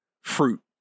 fruit